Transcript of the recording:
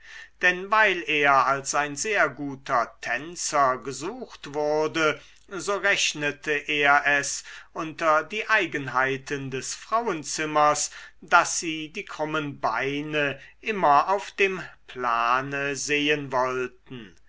denn weil er als ein sehr guter tänzer gesucht wurde so rechnete er es unter die eigenheiten des frauenzimmers daß sie die krummen beine immer auf dem plane sehen wollten